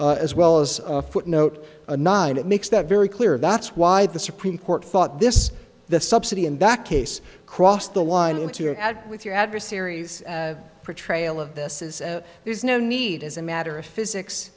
as well as a footnote nine it makes that very clear that's why the supreme court thought this the subsidy in that case crossed the line into your ad with your adversaries portrayal of this is there's no need as a matter of physics